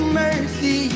mercy